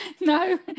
no